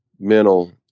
mental